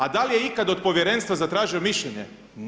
A da li je ikada od povjerenstva zatražio mišljenje?